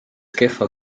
kehva